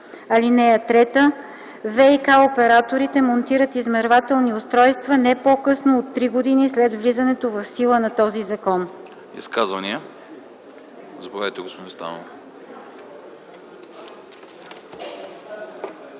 (3) ВиК операторите монтират измервателни устройства не по-късно от три години след влизане в сила на този закон.”